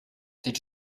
did